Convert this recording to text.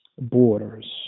borders